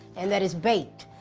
and that is baked,